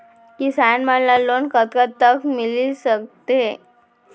किसान मन ला लोन कतका तक मिलिस सकथे?